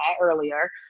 earlier